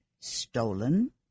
stolen